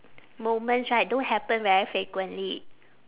moments right don't happen very frequently